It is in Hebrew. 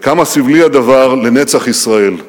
וכמה סמלי הדבר לנצח ישראל.